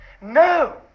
No